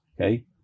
Okay